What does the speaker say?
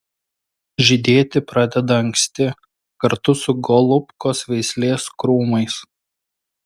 žydėti pradeda anksti kartu su golubkos veislės krūmais